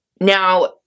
Now